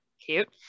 cute